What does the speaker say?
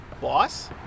Boss